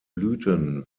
blüten